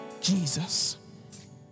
Jesus